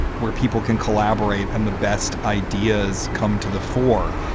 we're. people can collaborate and the best ideas come to the fore.